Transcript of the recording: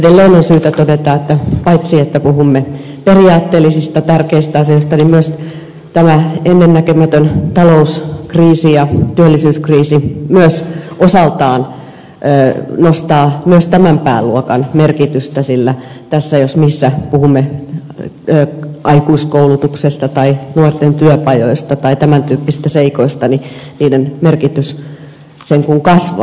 edelleen on syytä todeta että paitsi että puhumme periaatteellisista tärkeistä asioista myös tämä ennennäkemätön talouskriisi ja työllisyyskriisi osaltaan nostaa tämän pääluokan merkitystä sillä tässä jos missä puhumme aikuiskoulutuksesta tai nuorten työpajoista tai tämän tyyppisistä seikoista niiden merkitys sen kun kasvaa